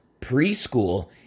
preschool